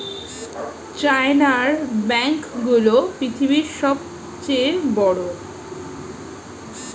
চায়নার ব্যাঙ্ক গুলো পৃথিবীতে সব চেয়ে বড়